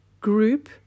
group